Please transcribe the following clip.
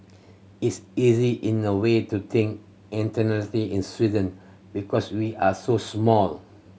it's easy in a way to think internationally in Sweden because we are so small